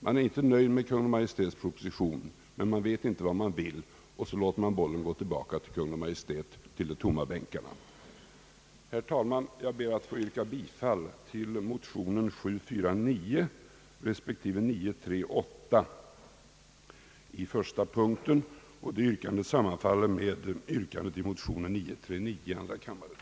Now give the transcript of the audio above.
Man är inte nöjd med Kungl. Maj:ts proposition, men man vet inte vad man vill, och därför låter man bollen gå tillbaka till Kungl. Maj:t, till de tomma bänkarna. Herr talman! Jag ber att få yrka bifall till motionen I:749 respektive II: 938 beträffande första punkten. Detta yrkande sammanfaller med yrkandet i motionen 939 i andra kammaren.